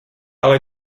ale